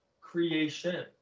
Creation